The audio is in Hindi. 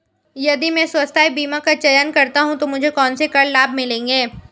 यदि मैं स्वास्थ्य बीमा का चयन करता हूँ तो मुझे कौन से कर लाभ मिलेंगे?